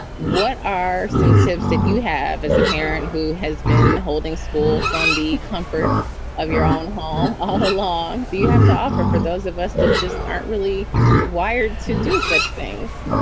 what are some tips that you have as a parent who has been holding school from the comfort of your own home all along? do you have to offer for those of us that just aren't really wired to do such things?